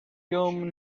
يوم